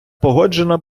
погоджено